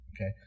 Okay